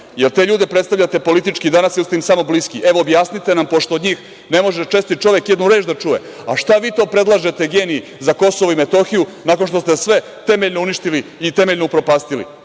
Jel te ljude predstavljate politički danas ili ste im samo bliski? Evo objasnite nam pošto od njih ne može čestit čovek jednu reč da čuje. Šta vi to predlažete geniji za KiM nakon što ste sve temeljno uništili i temeljno upropastili